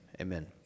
amen